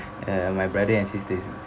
uh my brother and sister's